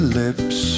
lips